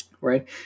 right